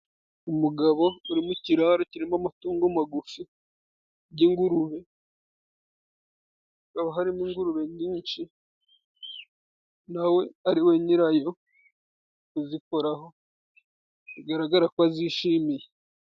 Umugabo uri mu kiraro kirimo amatungo magufi y'ingurube, haba harimo ingurube nyinshi, nawe ari we nyirayo, kuzikoraho bigaragara ko azishimiye.